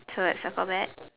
so let's circle that